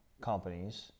companies